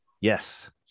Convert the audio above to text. yes